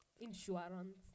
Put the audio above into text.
insurance